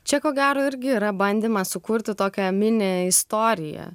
čia ko gero irgi yra bandymas sukurti tokią mini istoriją